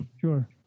Sure